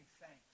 thanks